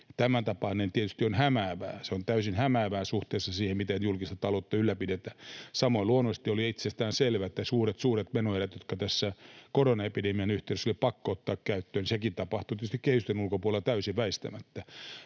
Tämäntapainen tietysti on hämäävää. Se on täysin hämäävää suhteessa siihen, miten julkista taloutta ylläpidetään. Samoin luonnollisesti oli itsestäänselvää, että niiden suurten menoerien käyttöönottokin, joka tässä koronaepidemian yhteydessä oli pakko tehdä, tapahtui tietysti täysin väistämättä